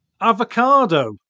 avocado